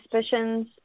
suspicions